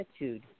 attitude